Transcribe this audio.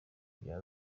bya